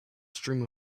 stream